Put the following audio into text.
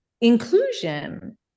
inclusion